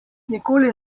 nikoli